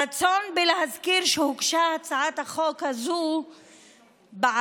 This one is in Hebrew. הרצון להזכיר שהוגשה הצעת החוק הזאת בעבר,